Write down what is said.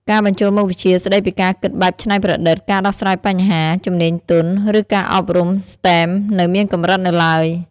ការបញ្ចូលមុខវិជ្ជាស្តីពីការគិតបែបច្នៃប្រឌិត ការដោះស្រាយបញ្ហា ជំនាញទន់ ឬការអប់រំ STEM នៅមានកម្រិតនៅឡើយ។